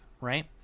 right